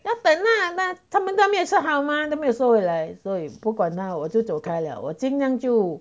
要等啦他们都还没有吃好吗都没有收回来所以不管他我就走开了我尽量就